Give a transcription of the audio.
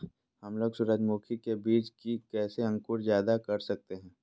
हमलोग सूरजमुखी के बिज की कैसे अंकुर जायदा कर सकते हैं?